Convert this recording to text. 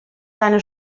seine